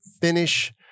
finish